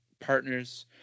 partners